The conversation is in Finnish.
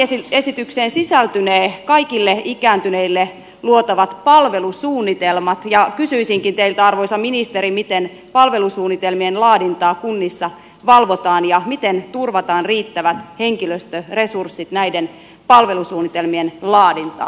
tähän lakiesitykseen sisältynee kaikille ikääntyneille luotavat palvelusuunnitelmat ja kysyisinkin teiltä arvoisa ministeri miten palvelusuunnitelmien laadintaa kunnissa valvotaan ja miten turvataan riittävät henkilöstöresurssit näiden palvelusuunnitelmien laadintaan